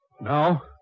Now